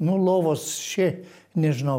nu lovos šiaip nežinau